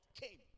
came